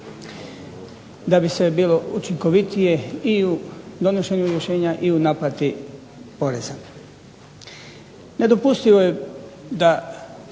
da bi sve bilo učinkovitije i u donošenju rješenja i u naplati poreza. Nedopustivo je da